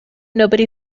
nobody